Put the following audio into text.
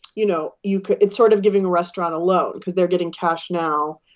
you know you it's sort of giving a restaurant a loan cause they're getting cash now.